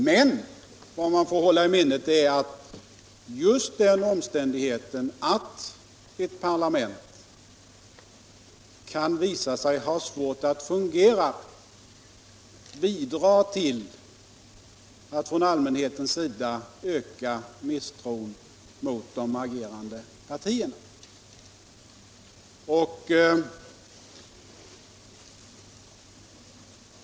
Men vad vi får hålla i minnet är att just den omständigheten att ett parlament kan visa sig ha svårt att fungera bidrar till att öka allmänhetens misstro mot de agerande partierna.